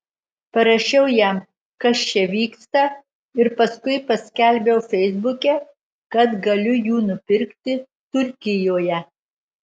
parašiau jam kas čia vyksta ir paskui paskelbiau feisbuke kad galiu jų nupirkti turkijoje